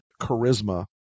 charisma